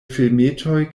filmetoj